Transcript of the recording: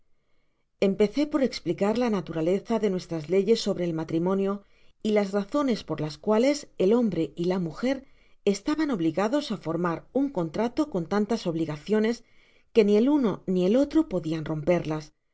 empecé por esplicar la naturaleza de nuestras leyes sobre el matrimonio y las razones por las cuales el hombre y la mujer estaban obligados á formar un contrato con tantas obligaciones que ni el uno ni el otro podian romperlas